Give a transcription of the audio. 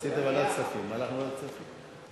רציתם ועדת כספים, הלכנו לוועדת כספים.